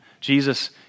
Jesus